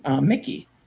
Mickey